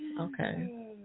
Okay